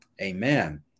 amen